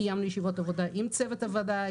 קיימנו ישיבות עבודה עם צוות העבודה,